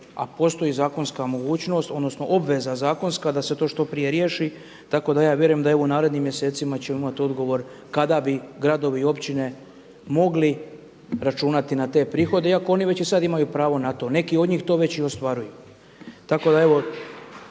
a postoji zakonska mogućnost odnosno obveza zakonska da se to što prije riješi, tako da ja vjerujem da u narednim mjesecima ćemo imati odgovor kada bi gardovi i općine mogli računati na te prihode, iako oni već i sada imaju pravo na to. Neki od njih to već i ostvaruju.